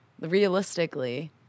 Realistically